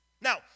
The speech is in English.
now